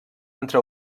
entre